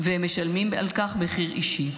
הם משלמים על כך מחיר אישי,